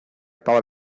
estaba